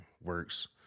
works